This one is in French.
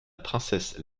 princesse